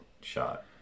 shot